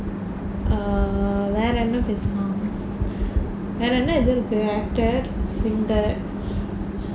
err வேற என்ன பேசலாம் வேற என்ன இது இருக்கு:vera enna pesalaam vera enna ithu irukku actor singer